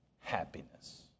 happiness